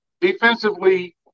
defensively